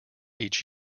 each